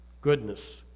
goodness